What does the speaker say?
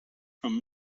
from